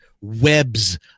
webs